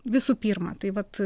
visų pirma tai vat